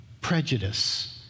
Prejudice